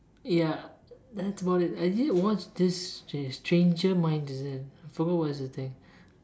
ya that's about it I did watched this str~ stranger minds is it I forgot what is the thing